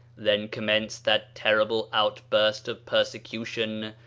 then commenced that terrible outburst of persecution,